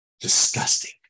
disgusting